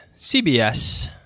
CBS